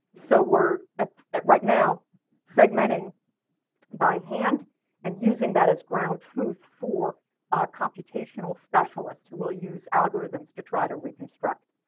so we're right now segmenting by hand and using that as ground truth for computational specialists who will use algorithms to try to reconstruct